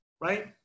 right